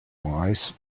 wise